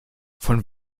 von